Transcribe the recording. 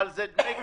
אבל זה דמי קיום.